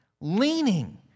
leaning